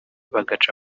bagaca